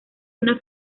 una